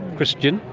christian,